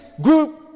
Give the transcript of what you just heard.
group